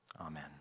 Amen